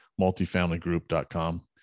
multifamilygroup.com